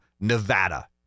Nevada